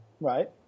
Right